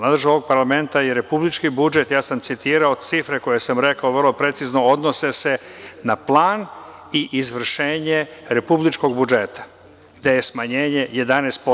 Nadležnost ovog parlamenta je republički budžet i ja sam citirao cifre koje sam rekao vrlo precizno i odnose se na plan i izvršenje republičkog budžeta, gde je smanjenje 11%